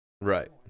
Right